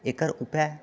एकर उपाय